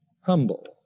humble